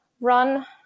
run